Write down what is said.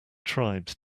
tribes